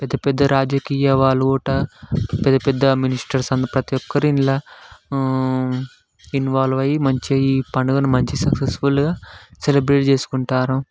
పెద్దపెద్ద రాజకీయ వాళ్ళు కూడా పెద్దపెద్ద మినిష్టర్స్ అందరు ప్రతిఒక్కరు ఇందుల ఇన్వాల్వ్ అయ్యి ఈ పండుగ మంచిగ సక్సెస్ఫుల్గా సెలెబ్రేట్ చేసుకుంటారు